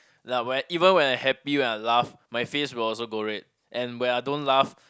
like when even when I happy when I laugh my face will also go red and when I don't laugh